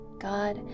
God